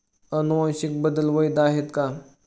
अनुवांशिक बदल वैध आहेत का?